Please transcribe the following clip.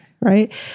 right